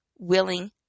willing